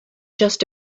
just